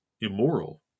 immoral